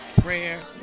prayer